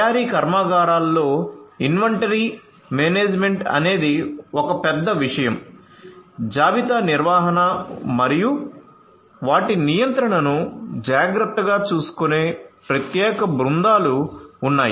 తయారీ కర్మాగారాలలో inventory management అనేది ఒక పెద్ద విషయం జాబితా నిర్వహణ మరియు వాటి నియంత్రణను జాగ్రత్తగా చూసుకునే ప్రత్యేక బృందాలు ఉన్నాయి